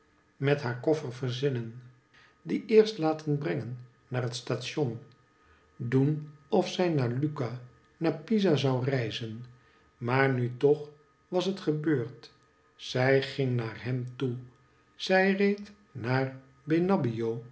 met haar koffer verzinnen die eerst laten brengen naar het station doen of zij naar lucca naar pisa zou reizen maar nu toch was het gebeurd zij ging naar hem toe zij reed naar